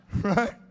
right